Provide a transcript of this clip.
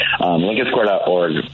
lincolnsquare.org